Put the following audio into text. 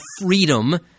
freedom